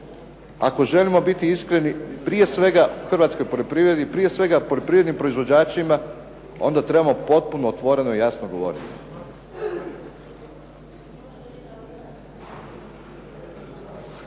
Ako želimo biti iskreni, prije svega hrvatskoj poljoprivredi, prije svega poljoprivrednim proizvođačima, onda trebamo potpuno otvoreno i jasno govoriti.